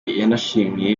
yanashimiye